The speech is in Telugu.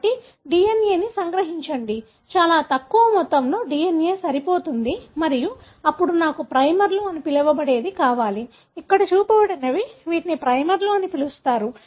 కాబట్టి DNA ని సంగ్రహించండి చాలా తక్కువ మొత్తంలో DNA సరిపోతుంది మరియు అప్పుడు నాకు ప్రైమర్లు అని పిలవబడేవి కావాలి ఇక్కడ చూపబడినవి వీటిని ప్రైమర్లు అని పిలుస్తారు